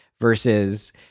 versus